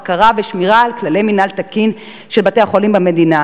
בקרה ושמירה על כללי מינהל תקין של בתי-החולים במדינה.